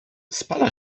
spala